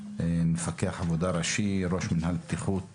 מפקח עבודה ראשי וראש מינהל הבטיחות,